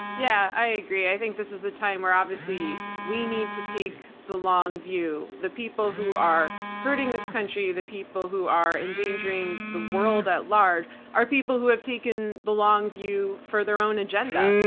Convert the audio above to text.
yeah, i agree. i think this is a time where obviously we need to take the long view. the people who are hurting this country, the people who are endangering the world at large are people who have taken the long view for their own agenda.